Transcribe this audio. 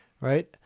right